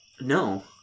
No